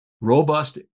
robust